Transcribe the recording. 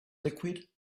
liquid